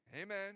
Amen